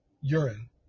urine